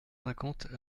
cinquante